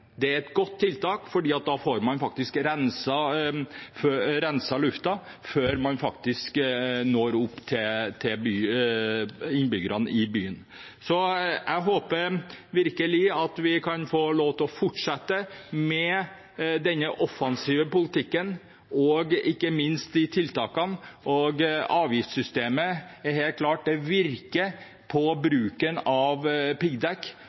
da får man renset lufta før man kommer opp til innbyggerne i byen. Jeg håper virkelig at vi kan få lov til å fortsette med denne offensive politikken og ikke minst disse tiltakene og avgiftssystemet. Det er helt klart at det påvirker bruken av